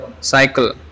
cycle